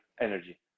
energy